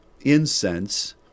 incense